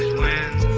wins